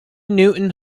newton